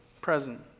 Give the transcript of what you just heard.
present